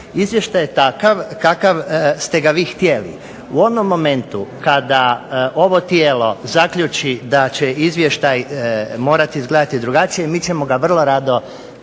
Izvještaj je takav kakav ste ga vi htjeli. U onom momentu kada ovo tijelo zaključi da će izvještaj morati izgledati drugačije mi ćemo ga vrlo rado napisati